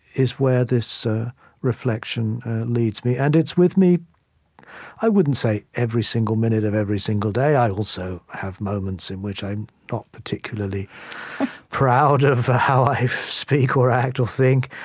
is where this ah reflection leads me. and it's with me i wouldn't say every single minute of every single day i also have moments in which i'm not particularly proud of how i speak or act or think.